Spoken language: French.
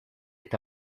est